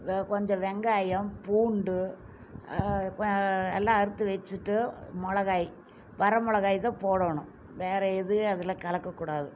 வ கொஞ்சம் வெங்காயம் பூண்டு எல்லாம் அறுத்து வச்சுட்டு மிளகாய் வரமிளகாய் தான் போடணும் வேறு எதுவும் அதில் கலக்கக்கூடாது